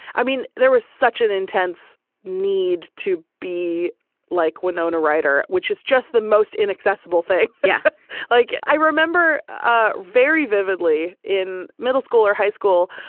i mean there was such an intense need to be like winona ryder, which is just the most inaccessible thing. yeah like i remember ah very vividly, in middle school or high school,